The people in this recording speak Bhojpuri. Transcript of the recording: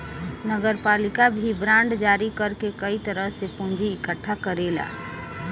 नगरपालिका भी बांड जारी कर के कई तरह से पूंजी इकट्ठा करेला